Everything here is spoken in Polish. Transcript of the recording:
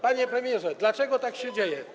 Panie premierze, dlaczego tak się dzieje?